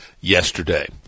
yesterday